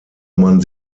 man